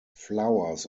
flowers